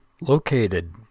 Located